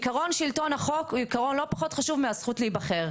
עקרון שלטון החוק הוא עקרון לא פחות חשוב מהזכות להיבחר.